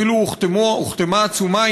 אפילו הוחתמה עצומה,